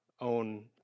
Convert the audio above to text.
own